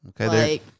Okay